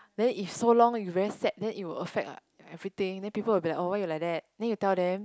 then if so long very you sad then it will affect everything then people will be oh why you like that then you tell them